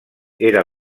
era